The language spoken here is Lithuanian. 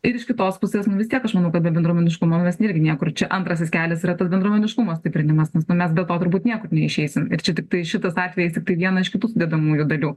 ir iš kitos pusės nu vis tiek aš manau kad be bendruomeniškumo mes irgi niekur čia antrasis kelias yra tas bendruomeniškumo stiprinimas nes nu mes be to turbūt niekur neišeisim ir čia tiktai šitas atvejis tiktai vieną iš kitų sudedamųjų dalių